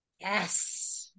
Yes